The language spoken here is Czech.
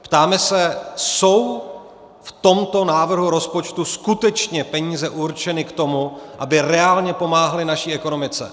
Ptáme se: jsou v tomto návrhu rozpočtu skutečně peníze určeny k tomu, aby reálně pomáhaly naší ekonomice?